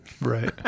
Right